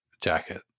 Jacket